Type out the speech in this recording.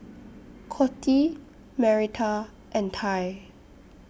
Coty Marita and Tai